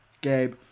Gabe